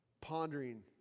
pondering